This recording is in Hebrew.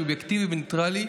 שהוא אובייקטיבי וניטרלי,